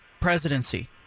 presidency